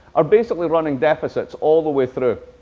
are basically running deficits all the way through.